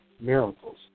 miracles